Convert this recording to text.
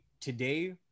today